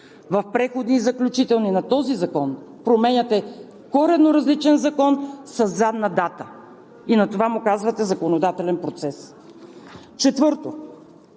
В Преходните и заключителни разпоредби на този закон променяте коренно различен закон със задна дата и на това му казвате законодателен процес. Четвърто